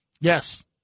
Yes